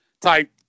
type